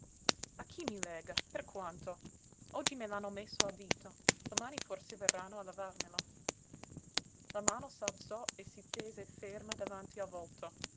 a chi mi lega per quanto oggi me l'hanno messo al dito domani forse verranno a levarmelo la mano s'alzò e si tese ferma davanti al volto